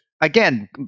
again